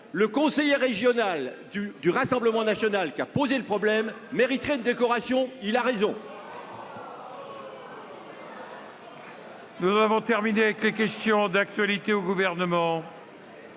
le conseiller régional du Rassemblement national qui a posé le problème mériterait une décoration, car il a raison ! Nous en avons terminé avec les questions d'actualité au Gouvernement.